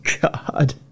God